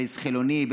בייס חילוני,